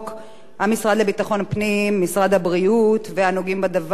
המשרד לביטחון הפנים ומשרד הבריאות והנוגעים בדבר לא